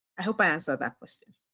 i hope i answered that question.